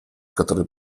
который